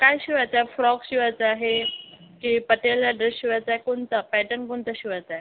काय शिवायचं आहे फ्रॉक शिवायचा आहे की पटियाला ड्रेस शिवायचा आहे कोणता पॅटर्न कोणता शिवायचा आहे